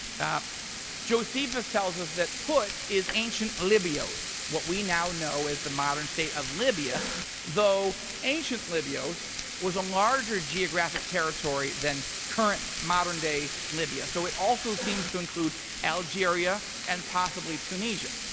josephus tells us that put is ancient libyos, what we now know as the modern state of libya though, ancient libyos was a larger geographic territory than current modern day libya. so it also seems to include algeria and possibly tunisia,